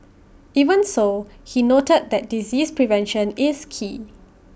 even so he noted that disease prevention is key